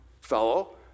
fellow